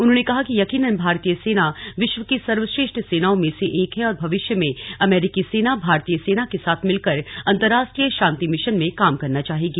उन्होंने कहा कि यकीनन भारतीय सेना विश्व की सर्वश्रेष्ठ सेनाओं में से एक है और भविष्य में अमेरिकी सेना भारतीय सेना के साथ मिलकर अंतरराष्ट्रीय शांति मिशन में काम करना चाहेगी